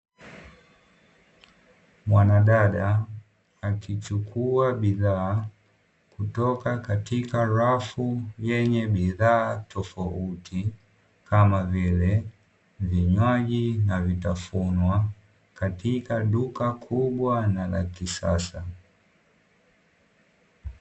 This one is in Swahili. Mwanadada akichukua bidhaa kutoka katika rafu yenye bidhaa tofauti kama vile vinywaji na vitafunwa, katika duka kubwa na la kisasa.